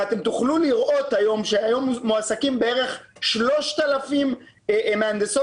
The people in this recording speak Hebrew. אתם תוכלו לראות שהיום מועסקים כ-3,000 מהנדסות